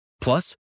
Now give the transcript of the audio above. Plus